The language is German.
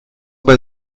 bei